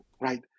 Right